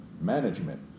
management